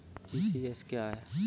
ECS क्या है?